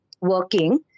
working